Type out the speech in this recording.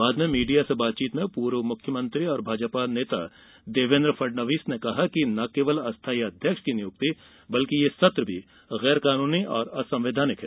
बाद में मीडिया से बातचीत में पूर्व मुख्यमंत्री और भाजपा नेता देवेन्द्र फडणवीस ने कहा कि न केवल अस्थाई अध्यक्ष की नियुक्ति बल्कि यह सत्र गैरकानुनी और असंवैधानिक है